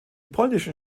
polnischen